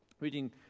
Reading